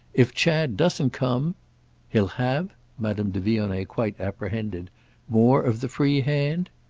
if chad doesn't come he'll have madame de vionnet quite apprehended more of the free hand?